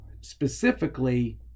specifically